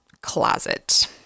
closet